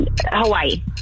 Hawaii